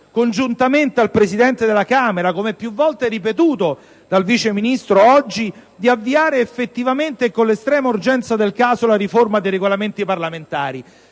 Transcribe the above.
congiuntamente al Presidente della Camera, come più volte ripetuto dal Vice Ministro oggi, di avviare effettivamente e con l'estrema urgenza del caso la riforma dei Regolamenti parlamentari.